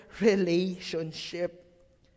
relationship